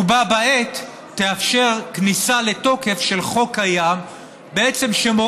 ובה בעת תאפשר כניסה לתוקף של חוק קיים שמורה